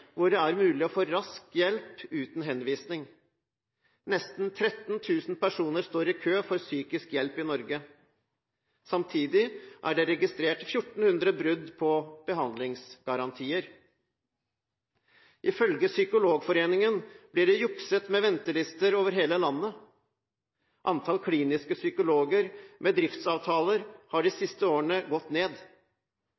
hvor det er mulig å få rask hjelp uten henvisning. Nesten 13 000 personer står i kø for psykisk hjelp i Norge. Samtidig er det registrert 1 400 brudd på behandlingsgarantier. Ifølge Psykologforeningen blir det jukset med ventelister over hele landet. Antall kliniske psykologer med driftsavtaler har de